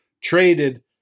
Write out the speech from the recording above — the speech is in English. traded